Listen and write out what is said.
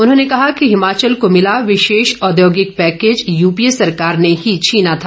उन्होंने कहा कि हिमाचल को मिला विशेष औद्योगिक पैकेज यूपीए सरकार ने ही छिना था